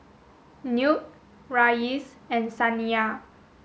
Newt Reyes and Saniyah